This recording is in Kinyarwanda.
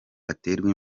aterwa